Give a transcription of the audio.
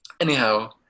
anyhow